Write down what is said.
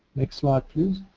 next slide please.